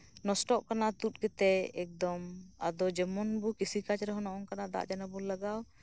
ᱱᱚᱴᱚᱜ ᱠᱟᱱᱟ ᱛᱩᱫ ᱠᱟᱛᱮᱜ ᱮᱠᱫᱚᱢ ᱟᱫᱚ ᱡᱮᱢᱚᱱ ᱠᱤᱨᱤᱥᱤ ᱠᱟᱡ ᱨᱮ ᱱᱚᱝᱠᱟᱜ ᱫᱟᱜ ᱡᱮᱢᱚᱱ ᱵᱚᱱ ᱞᱟᱜᱟᱣ